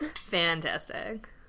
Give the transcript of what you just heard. fantastic